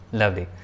lovely